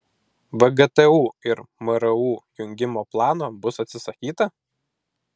vgtu ir mru jungimo plano bus atsisakyta